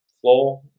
floor